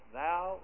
thou